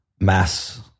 mass